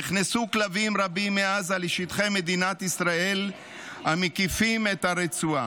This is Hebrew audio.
נכנסו כלבים רבים מעזה לשטחי מדינת ישראל המקיפים את הרצועה.